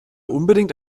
unbedingt